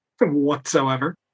Whatsoever